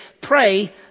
Pray